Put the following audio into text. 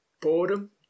boredom